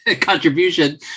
contribution